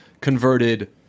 converted